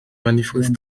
manifeste